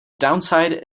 downside